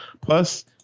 Plus